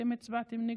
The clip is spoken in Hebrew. אתם הצבעתם נגדו.